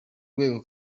rwego